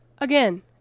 again